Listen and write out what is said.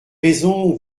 raison